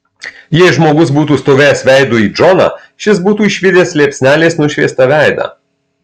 jei žmogus būtų stovėjęs veidu į džoną šis būtų išvydęs liepsnelės nušviestą veidą